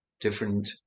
different